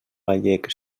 gallec